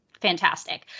fantastic